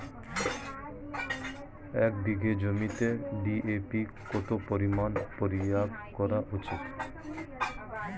এক বিঘে জমিতে ডি.এ.পি কত পরিমাণ প্রয়োগ করা উচিৎ?